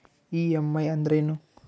EMI ಅಂದ್ರೇನು?